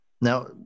now